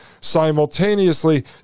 Simultaneously